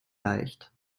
leicht